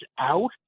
out